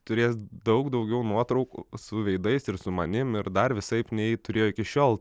turės daug daugiau nuotraukų su veidais ir su manim ir dar visaip nei turėjo iki šiol